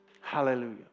Hallelujah